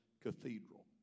Cathedral